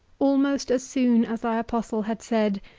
almost as soon as thy apostle had said,